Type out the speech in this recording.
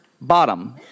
bottom